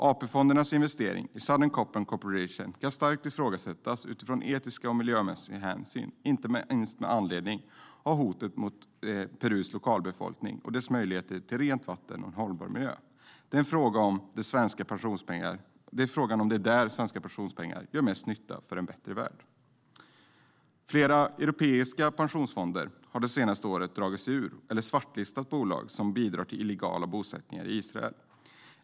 AP-fondernas investering i Southern Copper Corporation kan starkt ifrågasättas utifrån etiska och miljömässiga hänsyn, inte minst med anledning av hotet mot Perus lokalbefolkning och dess möjligheter till rent vatten och en hållbar miljö. Frågan är om det är där som svenska pensionspengar gör mest nytta för en bättre värld. Flera europeiska pensionsfonder har de senaste åren dragit sig ur eller svartlistat bolag som bidrar till illegala bosättningar i Israel.